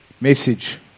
message